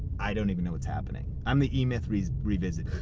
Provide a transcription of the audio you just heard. i don't even know what's happening. i'm the e-myth revisited.